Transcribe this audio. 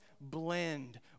blend